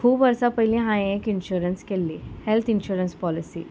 खूब वर्सां पयलीं हांयें एक इन्शुरन्स केल्ली हॅल्थ इन्शुरन्स पॉलिसी